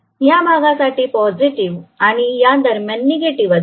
या भागासाठी पॉझिटिव्ह आणि यादरम्यान निगेटिव्ह असेल